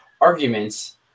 arguments